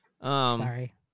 Sorry